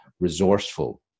resourceful